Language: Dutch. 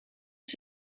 het